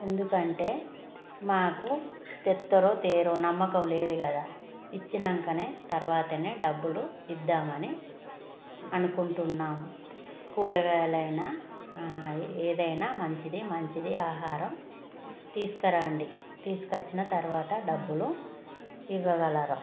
ఎందుకంటే మాకు తెస్తారో తేరో నమ్మకం లేదు గదా ఇచ్చినంకనే తర్వాతనే డబ్బులు ఇద్దామని అనుకుంటున్నాము కూరగాయలైనా ఏదైనా మంచిది మంచిది ఆహారం తీసుకురండి తీసుకచ్చిన తర్వాత డబ్బులు ఇవ్వగలరా